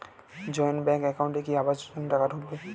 Joint bank একাউন্টে কি আবাস যোজনা টাকা ঢুকবে?